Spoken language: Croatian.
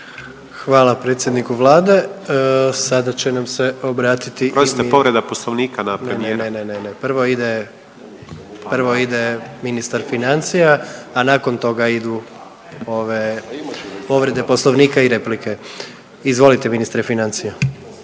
Hvala predsjedniku Vlade. Sada će nam se obratiti …/Upadica Grmoja: Oprostite povreda poslovnika na premijera./… Ne, ne, ne, ne prvo ide ministar financija, a nakon toga idu povrede poslovnika i replike. Izvolite ministre financija.